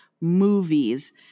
movies